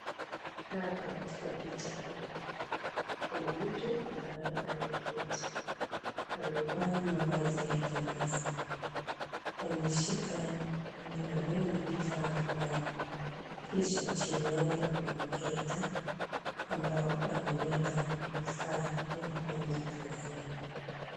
Hapa katika picha hii, kuna mtu ambaye ameketi. Amevaa mavazi yake rasmi. Ameshika mkononi kifaa fulani. Kisha chini yake kuna mkeka, ambao ameweka vifaa vya kufanyia kazi yake.